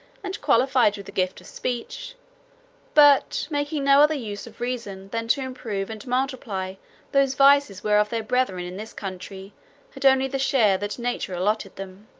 and qualified with the gift of speech but making no other use of reason, than to improve and multiply those vices whereof their brethren in this country had only the share that nature allotted them.